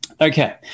Okay